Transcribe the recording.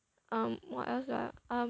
um what else ah um